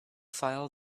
file